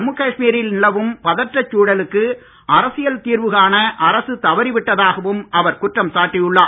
ஜம்மு காஷ்மீரில் நிலவும் பதற்றச் சூழலுக்கு அரசியல் தீர்வு காண அரசு தவறிவிட்டதாகவும் அவர் குற்றம் சாட்டி உள்ளார்